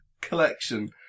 collection